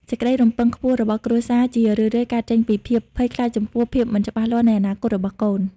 សេចក្តីរំពឹងខ្ពស់របស់គ្រួសារ ជារឿយៗកើតចេញពីភាពភ័យខ្លាចចំពោះភាពមិនច្បាស់លាស់នៃអនាគតរបស់កូន។